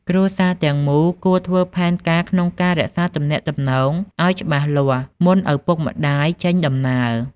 គ្រួសារទាំងមូលគួរធ្វើផែនការក្នុងការរក្សាទំនាក់ទំនងឲ្យច្បាស់លាស់ មុនឪពុកម្តាយចេញដំណើរ។